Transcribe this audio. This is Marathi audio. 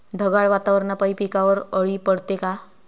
ढगाळ वातावरनापाई पिकावर अळी पडते का?